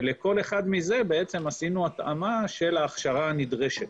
ולכל אחד מהם עשינו התאמה של ההכשרה הנדרשת.